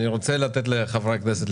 אני רוצה לומר